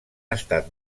estat